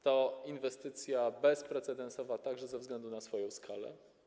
To inwestycja bezprecedensowa także ze względu na swoją skalę.